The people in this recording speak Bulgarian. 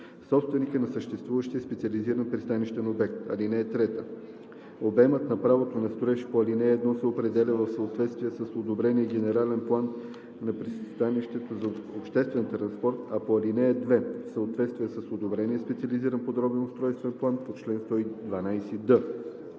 собственика на съществуващия специализиран пристанищен обект. (3) Обемът на правото на строеж по ал. 1 се определя в съответствие с одобрения генерален план на пристанището за обществен транспорт, а по ал. 2 – в съответствие с одобрения специализиран подробен устройствен план по чл. 112д.“